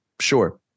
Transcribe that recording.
sure